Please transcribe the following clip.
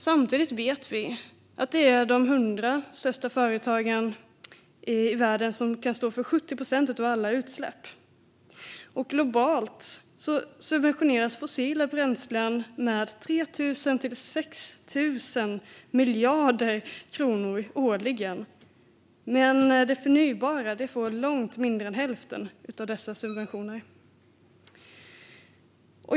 Samtidigt vet vi att det är de 100 största företagen i världen som står för 70 procent av alla utsläpp. Globalt subventioneras fossila bränslen med 3 000-6 000 miljarder kronor årligen. Det förnybara får långt mindre än hälften av dessa subventioner.